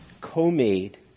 Co-made